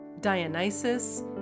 Dionysus